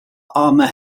arme